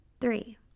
Three